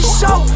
show